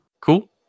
Cool